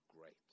great